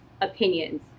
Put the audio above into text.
opinions